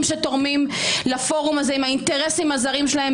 שתורמים לפורום הזה עם האינטרסים הזרים שלהם.